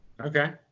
Okay